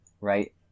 Right